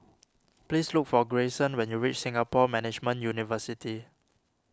please look for Grayson when you reach Singapore Management University